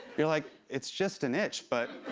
you're like, it's just an itch, but.